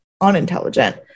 unintelligent